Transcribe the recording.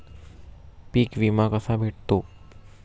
पीक विमा कसा भेटतो?